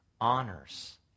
honors